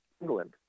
England